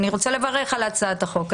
אני רוצה לברך על הצעת החוק.